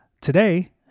today